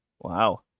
wow